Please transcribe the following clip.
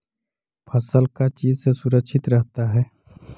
फसल का चीज से सुरक्षित रहता है?